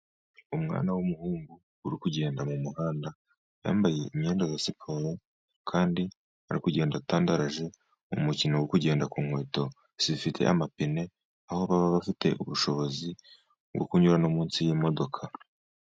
Umwana w'umuhungu uri kugenda mu muhanda, yambaye imyenda ya siporo kandi ari kugenda atandandaraje, umukino wo kugenda ku nkweto zifite amapine ,aho baba bafite ubushobozi bwo kunyura no munsi y'imodoka.